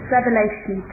Revelation